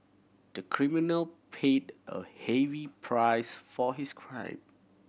the criminal paid a heavy price for his crime